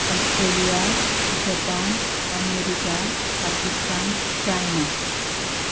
Australia Japan America Pakistan China